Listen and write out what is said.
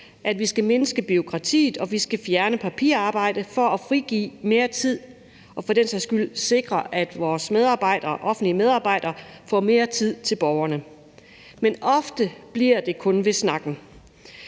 at vi skal mindske bureaukratiet og vi skal fjerne papirarbejde for at frigive mere tid og for den sags skyld også sikre, at vores offentlige medarbejdere får mere tid til borgerne. Men ofte bliver det kun ved snakken.